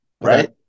right